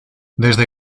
desde